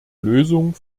lösung